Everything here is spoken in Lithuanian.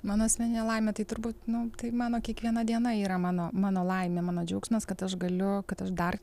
mano asmeninė laimė tai turbūt nu tai mano kiekviena diena yra mano mano laimė mano džiaugsmas kad aš galiu kad aš dar